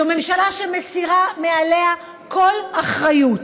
זו ממשלה שמסירה מעליה כל אחריות.